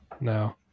No